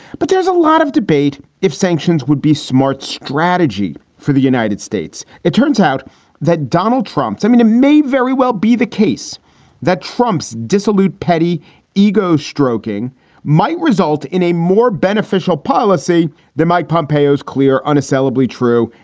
but there's a lot of debate if sanctions would be smart strategy for the united states. it turns out that donald trump. i mean, he may very well be the case that trump's dissolute petty ego stroking might result in a more beneficial policy than mike pompeo is clear, unassailably true,